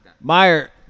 Meyer